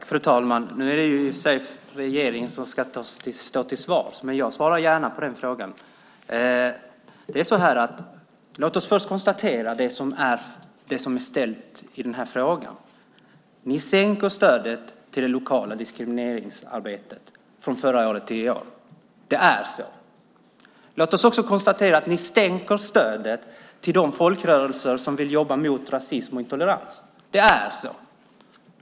Fru talman! Nu är det i och för sig regeringen som ska stå till svars, men jag svarar gärna på den frågan. Låt oss först konstatera det som jag tar upp i den här frågan. Ni sänker stödet till det lokala diskrimineringsarbetet från förra året till i år. Det är så. Låt oss också konstatera att ni sänker stödet till de folkrörelser som vill jobba mot rasism och intolerans. Det är så.